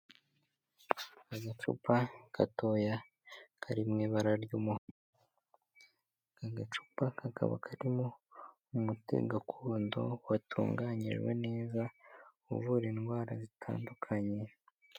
Agacupa gatoya kari mu ibara ry6'umuhondo, agacupa kaka karimo umuti gakondo watunganyijwe neza uvura indwara zitandukanye.